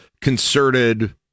concerted